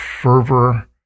fervor